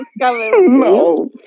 No